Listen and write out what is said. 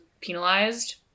penalized